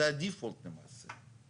זה ה-default למעשה.